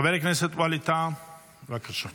חבר הכנסת ווליד טאהא, בבקשה.